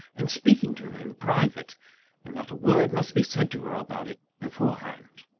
and speaking to her in private and not a word must be said to her about it, beforehand.